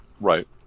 Right